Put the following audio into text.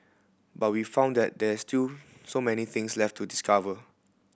but we found that there is still so many things left to discover